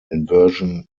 inversion